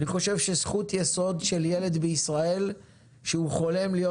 אני חושב שזכות יסוד של ילד בישראל היא שגורלו